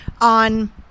on